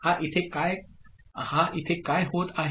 आणि इथे काय होत आहे